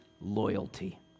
loyalty